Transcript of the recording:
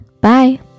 Bye